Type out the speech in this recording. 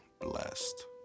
blessed